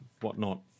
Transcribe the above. whatnot